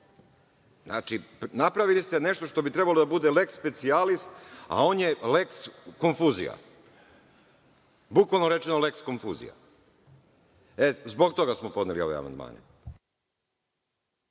snazi. Znači, napravili ste nešto što bi trebalo da bude leks specijalis, a on je leks konfuzija. Bukvalno rečeno, leks konfuzija. Zbog toga smo podneli ovaj amandman.